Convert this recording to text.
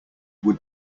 would